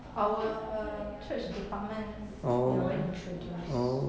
our church department 有人 introduce